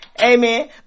Amen